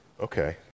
Okay